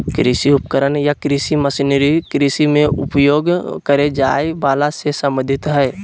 कृषि उपकरण या कृषि मशीनरी कृषि मे उपयोग करे जाए वला से संबंधित हई